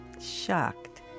shocked